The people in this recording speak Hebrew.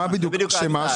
מה בדיוק שמה?